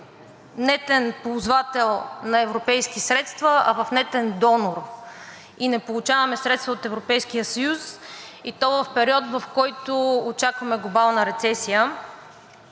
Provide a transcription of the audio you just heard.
в нетен ползвател на европейски средства, а в нетен донор и не получаваме средства от Европейския съюз, и то в период, в който очакваме глобална рецесия.